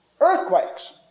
Earthquakes